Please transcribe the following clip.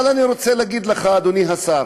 אבל אני רוצה להגיד לך, אדוני השר,